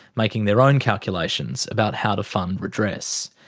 making their own calculations about how to fund redress.